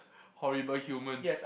horrible human